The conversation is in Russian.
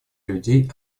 людей